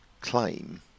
claim